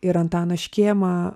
ir antanas škėma